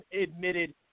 admitted